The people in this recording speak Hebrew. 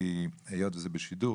כי היות שזה בשידור,